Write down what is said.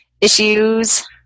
issues